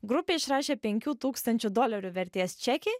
grupė išrašė penkių tūkstančių dolerių vertės čekį